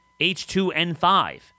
H2N5